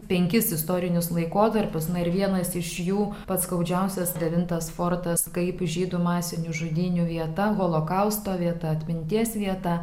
penkis istorinius laikotarpius na ir vienas iš jų pats skaudžiausias devintas fortas kaip žydų masinių žudynių vieta holokausto vieta atminties vieta